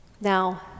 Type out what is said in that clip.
Now